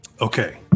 okay